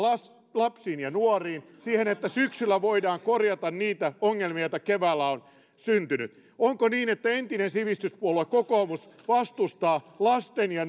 lapsiin ja nuoriin siihen että syksyllä voidaan korjata niitä ongelmia joita keväällä on syntynyt onko niin että entinen sivistyspuolue kokoomus vastustaa lapsista ja